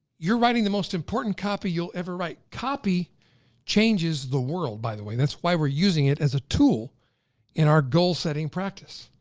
you're writing the most important copy you'll ever write. copy changes the world by the way. that's why we're using it as a tool in our goal setting practice.